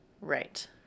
Right